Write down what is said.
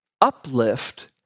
uplift